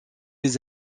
les